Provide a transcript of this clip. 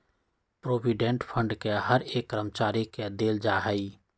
provident fund के हर एक कर्मचारी के देल जा हई